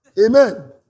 Amen